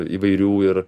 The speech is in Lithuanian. įvairių ir